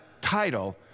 title